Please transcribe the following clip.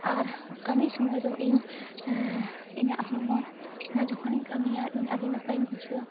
ᱟᱨ ᱠᱟᱹᱢᱤ ᱥᱚᱢᱚᱭ ᱫᱚ ᱤᱧ ᱤᱧᱟ ᱜ ᱦᱚᱲᱢᱚ ᱡᱚᱠᱷᱚᱱᱤᱧ ᱠᱟᱹᱢᱤᱭᱟ ᱤᱧ ᱟᱹᱰᱤ ᱱᱟᱯᱟᱭᱤᱧ ᱵᱩᱡᱷᱟᱣᱟ